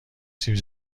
سیب